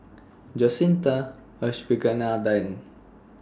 Jacintha Abisheganaden